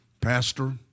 Pastor